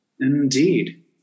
Indeed